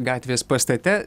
gatvės pastate